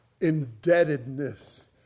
indebtedness